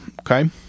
okay